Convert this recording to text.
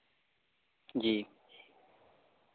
جی